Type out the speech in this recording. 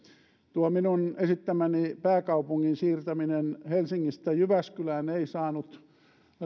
minun esittämäni pääkaupungin siirtäminen helsingistä jyväskylään ei saanut